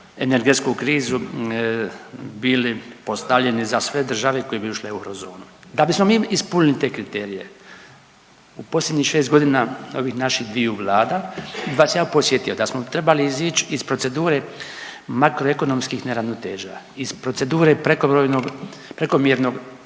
energetsku krizu bili postavljeni za sve države koje bi ušle u eurozonu. Da bismo mi ispunili te kriterije posljednjih 6 godina ovih naših dviju vlada, bi vas ja podsjetio da smo trebali izići iz procedure makroekonomskih neravnoteža, iz procedure prekovremenog,